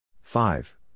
Five